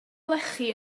lechi